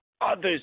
others